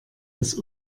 des